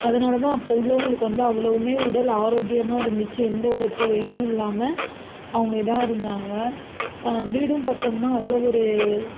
அதனால் தான் அப்போது உள்ளவங்களுக்கு வந்து அவ்வளோவுமே உடல் ஆரோக்கியமாக இருந்துச்சு எந்த ஒரு இதுவும் இல்லாமல் அவங்க இதாக இருந்தாங்க வீடும் பார்த்தோம்ன்னா அவ்வளோ ஒரு